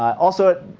also,